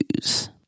news